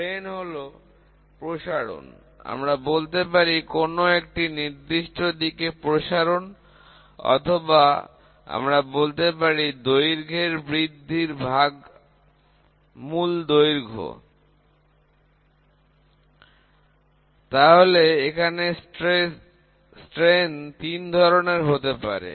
বিকৃতি হল প্রসারণ আমরা বলতে পারি কোন একটা নির্দিষ্ট দিকে প্রসারণ অথবা আমরা বলতে পারি দৈর্ঘ্যের বৃদ্ধি ভাগ মূল দৈর্ঘ্য তাহলে এখানে বিকৃতি তিন ধরনের হতে পারে